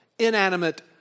Inanimate